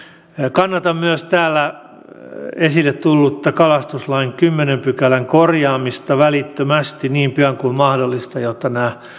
kannatan myös täällä esille tullutta kalastuslain kymmenennen pykälän korjaamista välittömästi niin pian kuin mahdollista jotta nämä